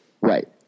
Right